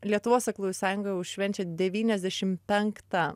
lietuvos aklųjų sąjunga jau švenčia devyniasdešim penktą